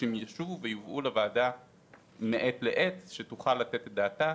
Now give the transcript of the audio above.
שהם ישובו לשולחן הוועדה מעת לעת שתוכל לתת את דעתה.